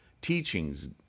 teachings